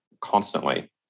constantly